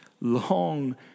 long